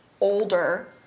older